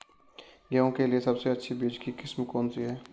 गेहूँ के लिए सबसे अच्छी बीज की किस्म कौनसी है?